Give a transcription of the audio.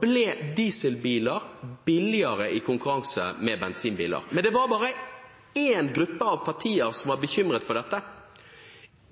ble dieselbiler billigere i konkurranse med bensinbiler. Men det var bare én gruppe partier som var bekymret for dette.